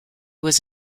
was